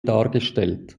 dargestellt